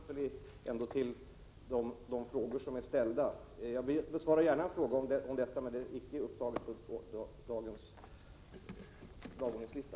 Herr talman! Det är en helt annan fråga. Vi får hålla oss till de frågor som är ställda. Jag besvarar gärna en fråga om detta, men en sådan fråga är inte upptagen på dagens föredragningslista.